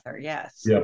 Yes